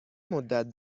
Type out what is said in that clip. مدت